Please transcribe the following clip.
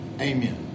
Amen